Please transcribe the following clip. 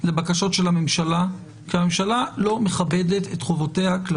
רק להגיד שהדרך הזאת היא לא חוקית כרגע,